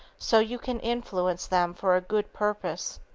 so you can influence them for a good purpose.